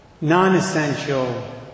non-essential